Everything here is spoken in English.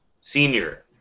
senior